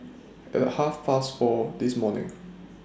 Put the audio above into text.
At Half Past four This morning